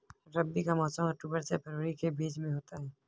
रबी का मौसम अक्टूबर से फरवरी के बीच में होता है